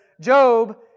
Job